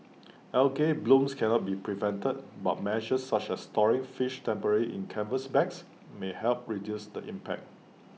algal blooms can not be prevented but measures such as storing fish temporarily in canvas bags may help reduce the impact